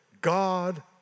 God